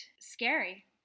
scary